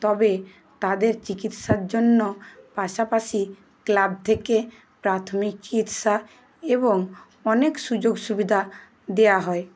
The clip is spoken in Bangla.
তবে তাদের চিকিৎসার জন্য পাশাপাশি ক্লাব থেকে প্রাথমিক হিরসা এবং অনেক সুযোগ সুবিধা দেওয়া হয়